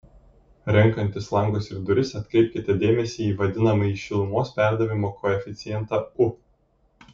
renkantis langus ir duris atkreipkite dėmesį į vadinamąjį šilumos perdavimo koeficientą u